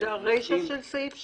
--- זה הרישה של סעיף 6,